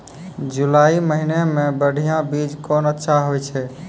जुलाई महीने मे बढ़िया बीज कौन अच्छा होय छै?